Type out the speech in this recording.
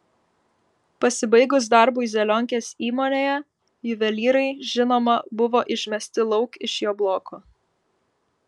pasibaigus darbui zelionkės įmonėje juvelyrai žinoma buvo išmesti lauk iš jo bloko